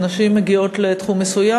שנשים מגיעות לתחום מסוים,